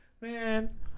Man